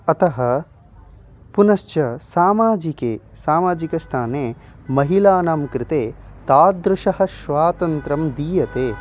अतः पुनश्च सामाजिके सामाजिकस्थाने महिलानां कृते तादृशं स्वातन्त्र्यं दीयते